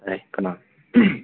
ꯇꯥꯏꯌꯦ ꯀꯅꯥ